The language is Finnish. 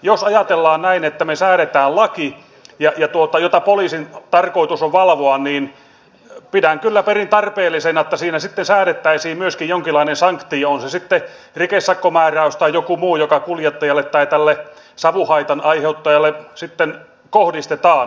jos ajatellaan näin että me säädämme lain jota poliisin on tarkoitus valvoa niin pidän kyllä perin tarpeellisena että siinä säädettäisiin myöskin jonkinlainen sanktio on se sitten rikesakkomääräys tai joku muu joka kuljettajalle tai tälle savuhaitan aiheuttajalle kohdistetaan